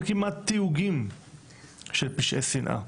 ואין כמעט תיוגים של פשעי שנאה,